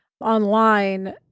online